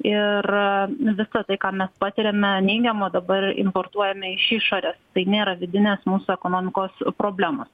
ir visa tai ką mes patiriame neigiamo dabar importuojame iš išorės tai nėra vidinės mūsų ekonomikos problemos